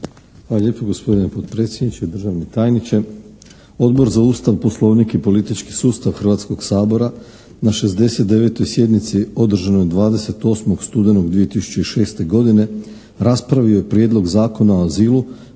Hvala lijepo. Gospodine potpredsjedniče, državni tajniče! Odbor za Ustav, poslovnik i politički sustav Hrvatskoga sabora na 69. sjednici održanoj 28. studenog 2006. godine raspravio je Prijedlog zakona o azilu